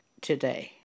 today